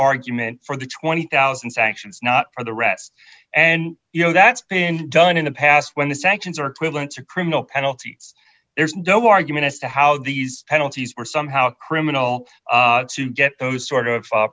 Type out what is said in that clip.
argument for the twenty thousand sanctions not for the rest and you know that's been done in the past when the sanctions are equivalent to criminal penalties there's no argument as to how these penalties are somehow criminal to get those sort of